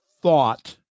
thought